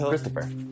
Christopher